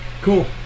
Cool